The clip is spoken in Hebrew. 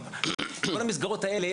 כל המסגרות האלה,